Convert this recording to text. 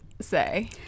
say